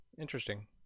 Interesting